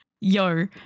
yo